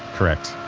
correct